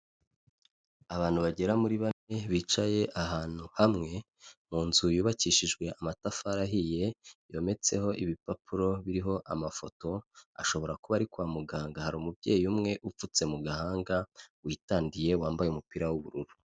Abantu bagera muri bane bicaye ahantu hamwe, mu nzu yubakishijwe amatafari ahiye yometseho ibipapuro biriho amafoto ashobora kuba ari kwa muganga, hari umubyeyi umwe upfutse mu gahanga, witandiye wambaye umupira w'ubururu.